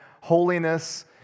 holiness